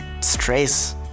stress